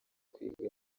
kwiga